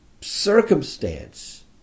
circumstance